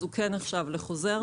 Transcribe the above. הוא כן נחשב כחוזר,